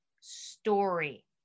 story